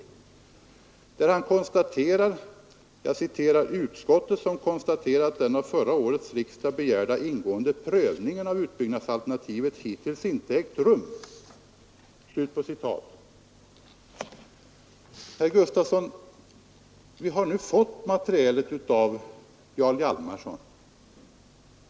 Det heter där: ”Utskottet, som konstaterar att den av förra årets riksdag begärda ingående prövningen av utbyggnadsalternativet hittills inte ägt rum ———.” Vi har nu, herr Gustafson, fått materialet av Jarl Hjalmarson.